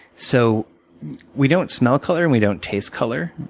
so we don't smell color, and we don't taste color.